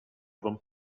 them